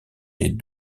des